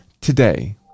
today